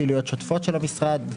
פעילויות שוטפות של המשרד,